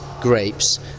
grapes